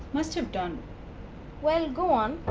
must have done well go on.